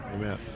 amen